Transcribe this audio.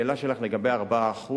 השאלה שלך לגבי 4%